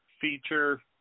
feature